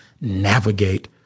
navigate